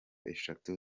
eshatu